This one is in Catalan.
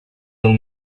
del